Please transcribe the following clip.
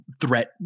threat